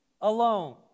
alone